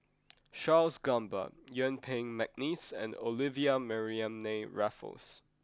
Charles Gamba Yuen Peng McNeice and Olivia Mariamne Raffles